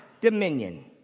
dominion